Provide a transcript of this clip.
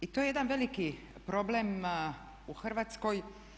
I to je jedan veliki problem u Hrvatskoj.